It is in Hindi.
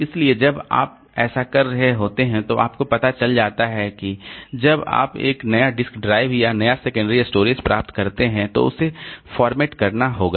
इसलिए जब आप कर रहे होते हैं तो आपको पता चल जाता है कि जब आप एक नया डिस्क ड्राइव या नया सेकेंडरी स्टोरेज प्राप्त करते हैं तो उसे फॉर्मेट करना होगा